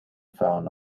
found